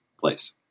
place